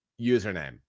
username